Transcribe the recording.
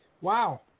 Wow